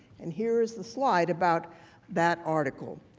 and here is the slide about that article.